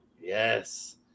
Yes